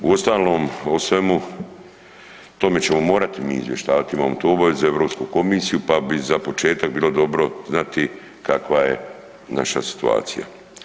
U ostalom o svemu tome ćemo morati mi izvještavati, imamo tu obavezu Europsku komisiju pa bi za početak bilo dobro znati kakva je naša situacija.